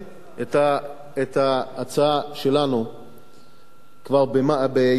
את ההצעה שלנו כבר ביוני,